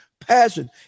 passion